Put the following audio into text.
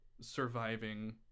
surviving